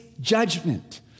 judgment